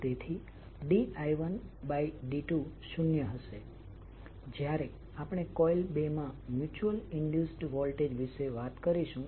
તેથી di1dt શૂન્ય હશે જ્યારે આપણે કોઇલ 2માં મ્યુચ્યુઅલ ઇન્ડ્યુસ્ડ વોલ્ટેજ વિશે વાત કરીશું